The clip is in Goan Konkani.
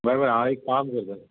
बरें बरें हांव एक काम करतां